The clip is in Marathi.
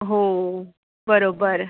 हो बरोबर